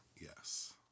Yes